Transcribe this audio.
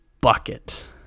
bucket